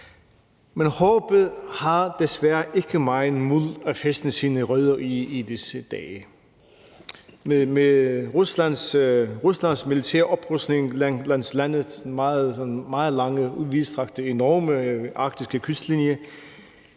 Men håbet har desværre ikke meget muld at fæstne sine rødder i i disse dage. Ruslands militære oprustning langs landets meget lange, vidtstrakte og enorme arktiske kystlinje